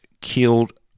killed